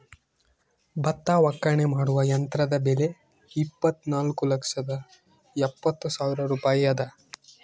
ಭತ್ತ ಒಕ್ಕಣೆ ಮಾಡುವ ಯಂತ್ರದ ಬೆಲೆ ಇಪ್ಪತ್ತುನಾಲ್ಕು ಲಕ್ಷದ ಎಪ್ಪತ್ತು ಸಾವಿರ ರೂಪಾಯಿ ಅದ